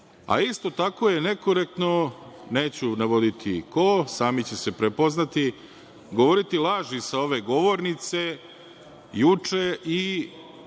a isto tako je nekorektno, neću navoditi ko, sami će se prepoznati, govoriti laži sa ove govornice juče i